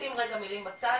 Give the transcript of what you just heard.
לשים רגע מלים בצד,